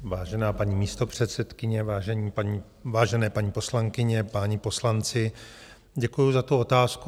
Vážená paní místopředsedkyně, vážené paní poslankyně, páni poslanci, děkuju za tu otázku.